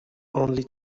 only